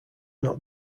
not